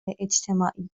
اجتماعی